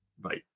bye